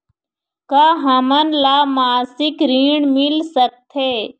का हमन ला मासिक ऋण मिल सकथे?